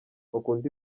bakunda